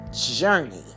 journey